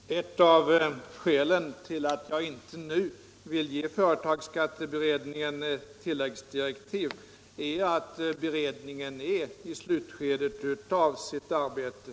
Herr talman! Ett av skälen till att jag inte nu vill ge företagsskatteberedningen tilläggsdirektiv är att beredningen är i slutskedet av sitt arbete.